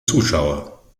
zuschauer